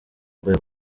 rwego